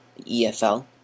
EFL